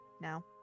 now